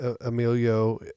Emilio